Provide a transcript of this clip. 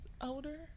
older